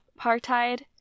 apartheid